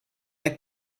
est